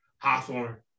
Hawthorne